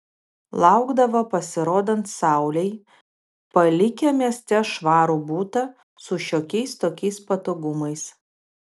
laukdavo pasirodant saulei palikę mieste švarų butą su šiokiais tokiais patogumais